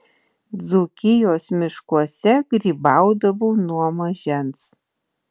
dzūkijos miškuose grybaudavau nuo mažens